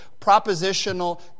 propositional